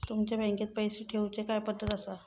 तुमच्या बँकेत पैसे ठेऊचे काय पद्धती आसत?